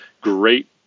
great